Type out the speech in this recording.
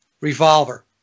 Revolver